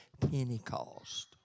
Pentecost